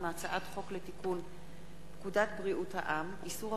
מהצעת חוק לתיקון פקודת בריאות העם (איסור